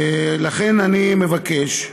לכן אני מבקש,